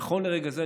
נכון לרגע זה,